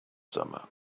summer